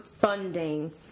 funding